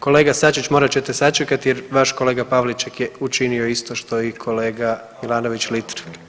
Kolega Sačić morat ćete sačekati jer vaš kolega Pavliček je učinio isto što i kolega Milanović Litre.